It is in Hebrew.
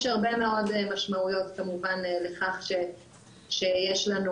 יש הרבה מאוד משמעויות כמובן לכך שיש לנו